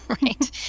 right